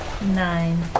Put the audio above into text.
Nine